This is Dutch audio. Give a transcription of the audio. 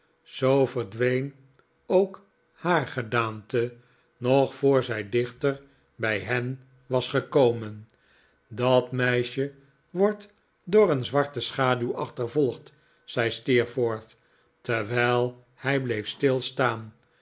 zoo verdween ook haar gedaante nog voor zij dichter bij hen was gekomen dat meisje wordt door een zwarte schaduw achtervolgd zei steerforth terwijl hij bleef stilstaan